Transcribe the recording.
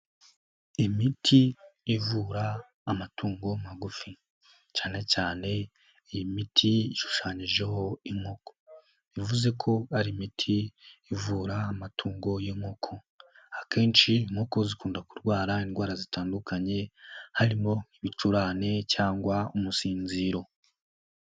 Imiti ivura amatungo magufi, cyane cyane iyi imiti ishushanyijeho inko, yavuze ko ari imiti ivura amatungo y'inkoko. Akenshi inkoko zikunda kurwara indwara zitandukanye harimo nk'ibicurane cyangwa umusinziro.